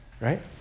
Right